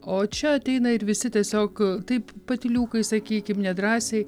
o čia ateina ir visi tiesiog taip patyliukais sakykim nedrąsiai